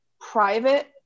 private